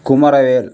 Kumaravel